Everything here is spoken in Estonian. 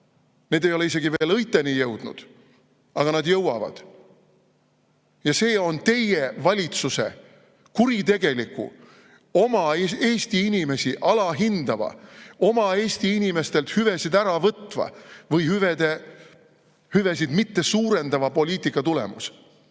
ei ole isegi veel õiteni jõudnud, aga nad jõuavad. Ja see on teie valitsuse kuritegeliku, oma Eesti inimesi alahindava, oma Eesti inimestelt hüvesid ära võtva või hüvesid mitte suurendava poliitika tulemus.